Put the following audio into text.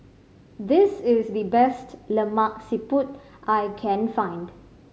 this is the best Lemak Siput I can find